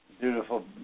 beautiful